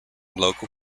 local